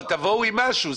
אבל תבואו עם משהו.